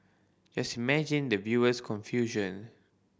just imagine the viewer's confusion